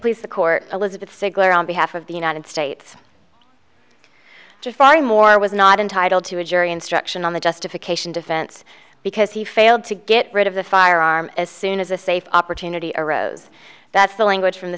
please the court a look at the stickler on behalf of the united states jafari moore was not entitled to a jury instruction on the justification defense because he failed to get rid of the firearm as soon as a safe opportunity arose that's the language from the